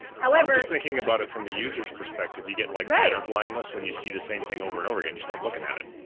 however. i'm just thinking about it from the user's perspective. you get like better blindness when you see the same thing over and over again. you stop looking at it.